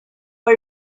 are